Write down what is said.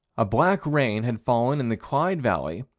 a black rain had fallen in the clyde valley,